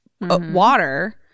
water